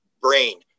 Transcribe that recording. brain